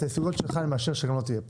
את ההסתייגויות שלך אני מאשר שגם לא תהיה פה.